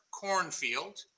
cornfield